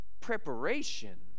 Preparation